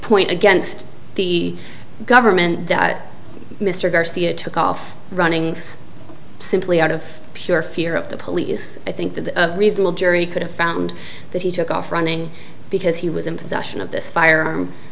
point against the government that mr garcia took off running simply out of pure fear of the police i think the reasonable jury could have found that he took off running because he was in possession of this firearm